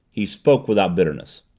he spoke without bitterness.